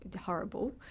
horrible